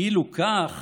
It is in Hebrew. כאילו כך